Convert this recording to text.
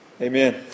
Amen